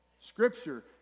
scripture